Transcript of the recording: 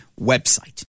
website